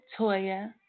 Toya